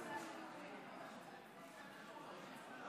חבר הכנסת